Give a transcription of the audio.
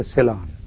Ceylon